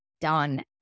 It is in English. done